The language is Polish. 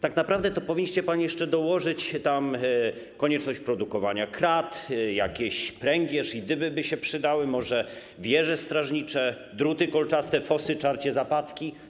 Tak naprawdę to powinniście jeszcze dołożyć tam konieczność produkowania krat, pręgierz i dyby by się przydały, może wieże strażnicze, druty kolczaste, fosy, czarcie zapadki.